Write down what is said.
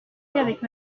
avec